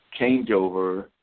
changeover